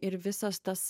ir visas tas